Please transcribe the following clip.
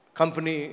company